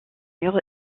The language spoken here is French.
murs